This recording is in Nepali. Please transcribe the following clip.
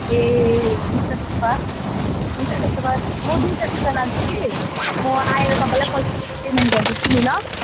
ए हुन्छ त्यसो भए हुन्छ त्यसो भए म दुइटा जुत्ता लान्छु कि म आएर तपाईँलाई पैसाहरू पेमेन्ट गरिदिन्छु नि ल